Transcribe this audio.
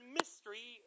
mystery